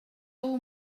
all